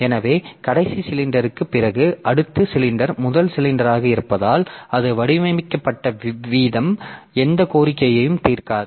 எனவே கடைசி சிலிண்டருக்குப் பிறகு அடுத்த சிலிண்டர்கள் முதல் சிலிண்டராக இருப்பதால் அது வடிவமைக்கப்பட்ட விதம் எந்த கோரிக்கைகளையும் தீர்க்காது